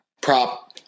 prop